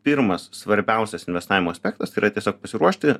pirmas svarbiausias investavimo aspektas tai yra tiesiog pasiruošti